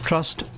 Trust